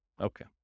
Okay